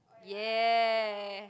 ya